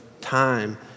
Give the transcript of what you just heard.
time